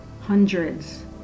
hundreds